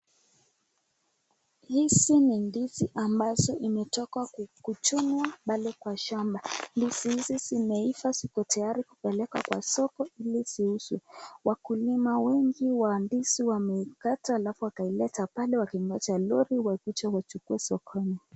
Hizi ni ndizi ambazo imetoka ku kuchunwa pale kwa shamba. Ndizi hizi zimeiva ziko tayari kupelekwa kwa soko ili ziuzwe. Wakulima wengi wa ndizi wamekata halafu wakaileta pale wakingoja lori wakuje wachukue sokoni.